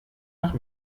nach